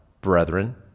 brethren